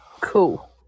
Cool